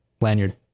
lanyard